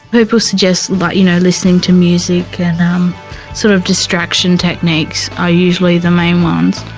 people suggest like you know listening to music, and um sort of distraction techniques are usually the main ones.